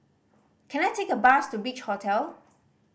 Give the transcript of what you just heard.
can I take a bus to Beach Hotel